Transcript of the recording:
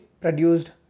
produced